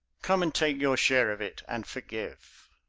come and take your share of it and forgive!